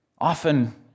Often